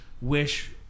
wish